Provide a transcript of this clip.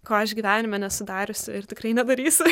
ko aš gyvenime nesu dariusi ir tikrai nedarysiu